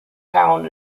town